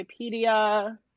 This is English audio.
wikipedia